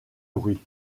bruits